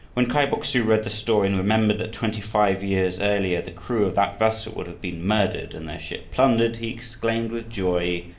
when kai bok-su read the story and remembered that, twenty-five years earlier, the crew of that vessel would have been murdered and their ship plundered, he exclaimed with joy,